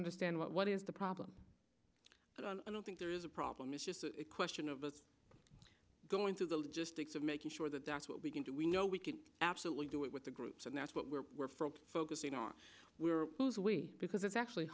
understand what is the problem i don't think there is a problem it's just a question of those going through the logistics of making sure that that's what we can do we know we can absolutely do it with the groups and that's what we're focusing on who's we because it's actually